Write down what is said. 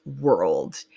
world